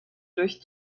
durch